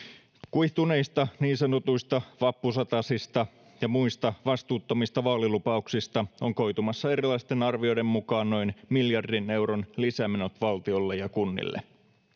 kuihtuneista niin sanotuista vappusatasista ja muista vastuuttomista vaalilupauksista on koitumassa erilaisten arvioiden mukaan noin miljardin euron lisämenot valtiolle ja kunnille